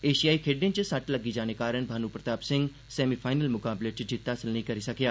एशियाई खेड्ढें च सट्ट लग्गी जाने कारण भानु प्रताप सिंह सेमिफाईनल मुकाबले च जित्त हासल नेई करी सकेआ